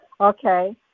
okay